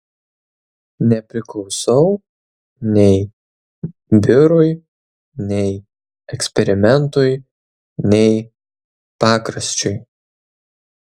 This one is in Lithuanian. nepriklausau nei biurui nei eksperimentui nei pakraščiui